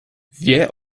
wie